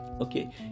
okay